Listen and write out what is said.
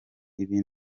ibi